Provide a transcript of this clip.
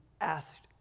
asked